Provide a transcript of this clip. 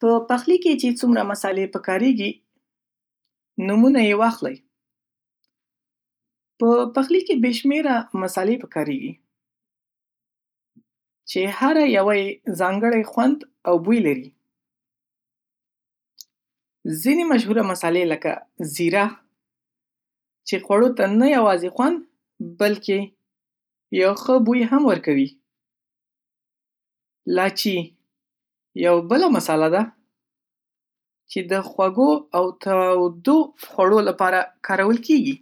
په پخلي کې چې چومره کارېدونکې مصالې پېژنۍ، نومونه ېې واخلۍ. په پخلي کې بې شمیره مصالې پکارېګي چې هرې یوه یی ځانګړې خوند او بوی لری. ځینې مشهورې مصالې لګه زېره، چې خوړو ته نه یوازې خوند بلکه یو ښه بوی هم ورکوي، لاچی یوه بله مصاله ده چې د خوږو او تودو خوړو لپاره کارول کېږي،